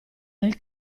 del